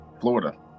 Florida